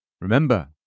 Remember